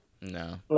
no